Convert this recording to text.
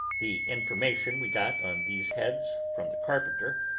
the information we got on these heads from the carpenter,